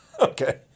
Okay